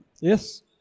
Yes